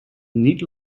niet